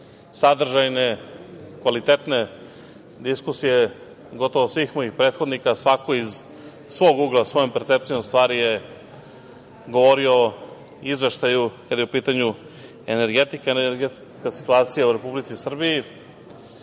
sadržajne, kvalitetne diskusije gotovo svih mojih prethodnika, svako iz svog ugla, svojom percepcijom stvari je govorio o Izveštaju kada je u pitanju energetika i energetska situacija u Republici Srbiji.